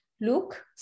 Luke